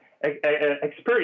experience